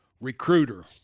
recruiter